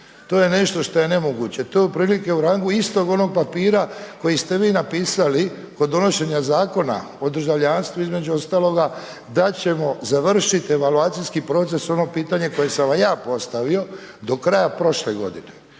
to je nešto što je nemoguće. To je otprilike u rangu istog onog papira, kojeg ste vi napisali kod donošenja zakona o državljanstvu između ostaloga, da ćemo završiti evaluacijski proces, ono pitanje koje sam vam ja postavio do kraja prošle godine,